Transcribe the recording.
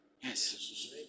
Yes